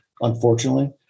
unfortunately